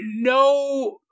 no